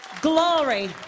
Glory